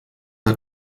hat